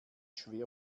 schwer